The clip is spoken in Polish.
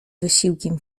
wysiłkiem